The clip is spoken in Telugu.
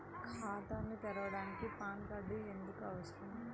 ఖాతాను తెరవడానికి పాన్ కార్డు ఎందుకు అవసరము?